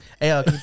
Hey